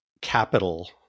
capital